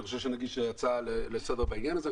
ואני חושב שאני אגיש הצעה לסדר בעניין הזה.